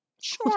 Sure